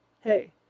Hey